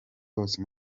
hose